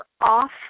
off